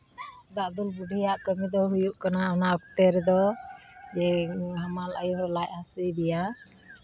ᱫᱟᱜ ᱫᱩᱞ ᱵᱩᱰᱷᱤᱭᱟᱜ ᱠᱟᱹᱢᱤ ᱫᱚ ᱦᱩᱭᱩᱜ ᱠᱟᱱᱟ ᱚᱱᱟ ᱚᱠᱛᱮ ᱨᱮᱫᱚ ᱡᱮ ᱦᱟᱢᱟᱞ ᱟᱭᱳ ᱦᱚᱲ ᱞᱟᱡ ᱦᱟᱥᱩᱭᱮ ᱫᱮᱭᱟ